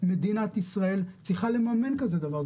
מדינת ישראל צריכה לממן כזה דבר.